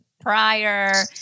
prior